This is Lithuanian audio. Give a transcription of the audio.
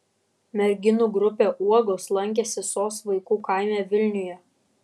merginų grupė uogos lankėsi sos vaikų kaime vilniuje